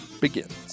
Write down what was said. begins